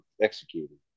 executing